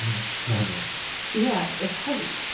that's tragic yeah, it's heavy.